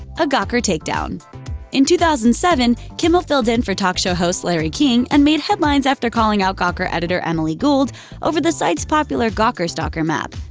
a gawker takedown in two thousand and seven, kimmel filled in for talk show host larry king and made headlines after calling out gawker editor emily gould over the site's popular gawker stalker map.